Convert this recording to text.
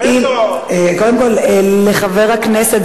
כי, תאמינו לי, בברכה זה